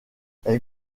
elle